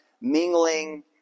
mingling